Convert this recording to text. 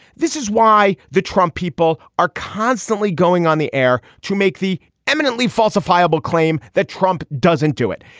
this is why the trump people are constantly going on the air to make the eminently falsifiable claim that trump doesn't do it.